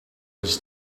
was